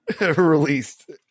released